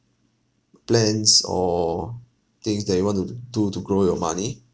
p~ plans or things that you want to do to grow your money